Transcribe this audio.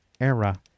era